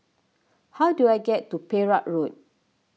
how do I get to Perak Road